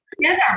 together